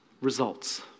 results